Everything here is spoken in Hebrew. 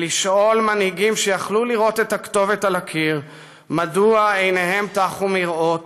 ולשאול מנהיגים שיכלו לראות את הכתובת על הקיר מדוע עיניהם טחו מראות,